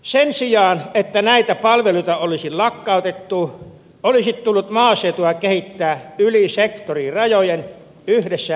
sen sijaan että näitä palveluita olisi lakkautettu olisi tullut kehittää maaseutua yli sektorirajojen yhdessä yritysten kanssa